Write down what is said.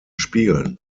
spielen